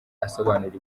asobanura